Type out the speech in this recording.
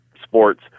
Sports